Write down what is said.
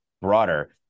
broader